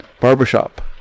barbershop